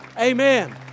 Amen